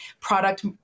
product